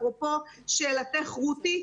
אפרופו שאלתך רותי,